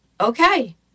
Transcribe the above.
okay